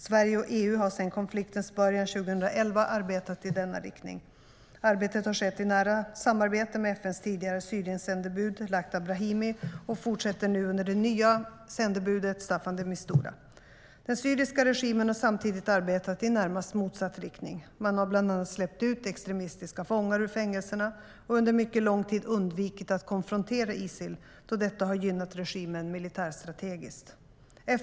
Sverige och EU har sedan konfliktens början 2011 arbetat i denna riktning. Arbetet har skett i nära samarbete med FN:s tidigare Syriensändebud Lakhdar Brahimi och fortsätter nu under det nya sändebudet Staffan de Mistura. Den syriska regimen har samtidigt arbetat i närmast motsatt riktning. Man har bland annat släppt ut extremistiska fångar ur fängelserna och under mycket lång tid undvikit att konfrontera Isil eftersom detta har gynnat regimen militärstrategiskt.